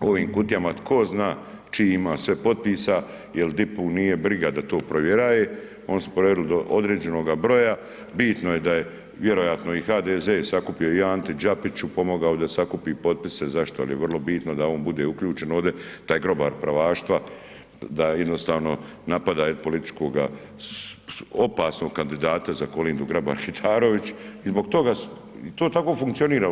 u ovim kutijama, tko zna čijih ima sve potpisa jer DIP-u nije briga da to provjerava, oni su provjerili do određenoga broja Bitno je da je vjerojatno i HDZ sakupio i Anti Đapiću, pomogao da sakupi potpise, zašto, jer je vrlo bitno da on bude uključen ovdje, taj grobar pravaštva, da jednostavno napad političkoga opasnoga kandidata za K. Grabar Kitarović i zbog toga to tako funkcionira u RH.